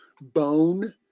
bone